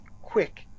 quick